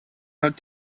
out